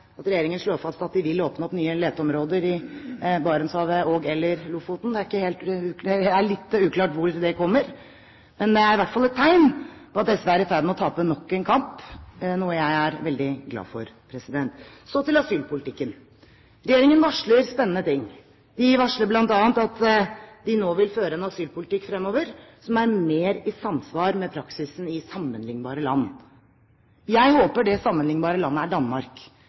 at regjeringen slår fast at de vil åpne opp nye leteområder i Barentshavet og/eller i Lofoten. Det er litt uklart hvor det kommer, men det er i hvert fall et tegn på at SV er i ferd med å tape nok en kamp, noe jeg er veldig glad for. Så til asylpolitikken: Regjeringen varsler spennende ting. De varsler bl.a. at de nå vil føre en asylpolitikk fremover som er mer i samsvar med praksisen i «sammenlignbare land». Jeg håper det sammenlignbare landet er Danmark,